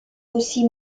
aussi